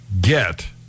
get